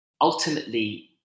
ultimately